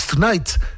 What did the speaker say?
Tonight